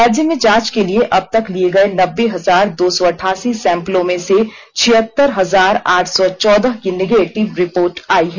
राज्य में जांच के लिए अबतक लिए गए नब्बे हजार दो सौ अठासी सैंपलों में से छियहतर हजार आठ सौ चौदह की निगेटिव रिपोर्ट आई है